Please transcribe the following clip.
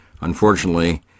Unfortunately